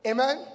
Amen